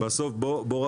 אם אני פטור מתאגוד,